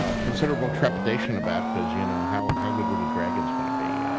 ah considerable trepidation about because you know, how how good were the dragons gonna be?